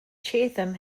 chatham